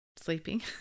sleeping